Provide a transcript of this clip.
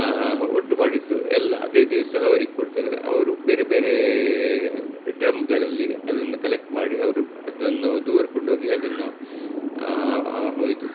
ಒಟ್ಟು ಮಾಡಿದ್ದು ಎಲ್ಲ ಅದೇ ದಿವಸ ಅವ್ರಿಗೆ ಕೊಡ್ತೇವೆ ಅವರು ಬೇರೆ ಬೇರೆ ಡ್ರಮ್ಗಳಲ್ಲಿ ಅದನ್ನು ಕಲೆಕ್ಟ್ ಮಾಡಿ ಅವರು ಅದನ್ನು ದೂರ ಕೊಂಡೋಗಿ ಅದನ್ನು ಒಯ್ದು